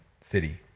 city